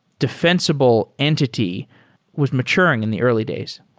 defensible entity was maturing in the early days?